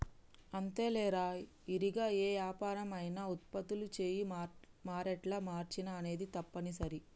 అంతేలేరా ఇరిగా ఏ యాపరం అయినా ఉత్పత్తులు చేయు మారేట్ల మార్చిన అనేది తప్పనిసరి